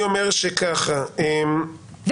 אם